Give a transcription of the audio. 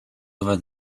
over